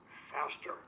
faster